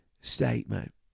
statement